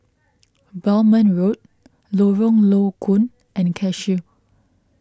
Belmont Road Lorong Low Koon and Cashew